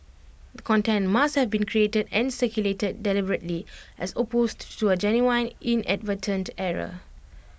the content must have been created and circulated deliberately as opposed to A genuine inadvertent error